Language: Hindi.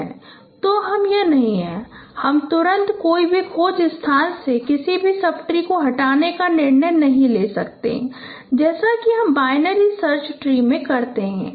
तो हम नहीं हैं हम तुरंत कोई भी खोज स्थान से किसी भी सब ट्री को हटाने का निर्णय नहीं ले रहे हैं जैसा कि हम बाइनरी सर्च ट्री में करते हैं